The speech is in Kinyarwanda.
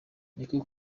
niko